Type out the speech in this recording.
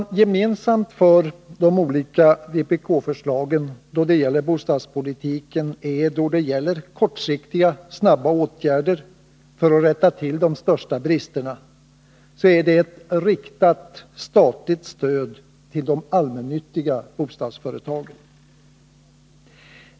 Gemensamt för de olika vpk-förslagen då det gäller bostadspolitiken är beträffande kortsiktiga, snabba åtgärder för att rätta till de största bristerna ett riktat statligt stöd till de allmännyttiga bostadsföretagen.